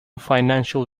financial